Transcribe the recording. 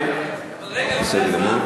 אוקיי, בסדר גמור.